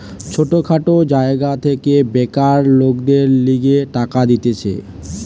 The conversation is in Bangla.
ছোট খাটো জায়গা থেকে বেকার লোকদের লিগে টাকা দিতেছে